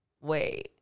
wait